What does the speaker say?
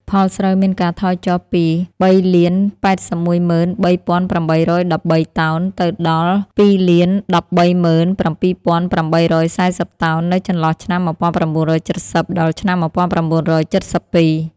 ផលស្រូវមានការថយចុះពី ៣៨១៣៨១៣ តោន ទៅដល់ ២១៣៧៨៤០ តោន នៅចន្លោះឆ្នាំ ១៩៧០ ដល់ ឆ្នាំ១៩៧២។